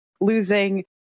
losing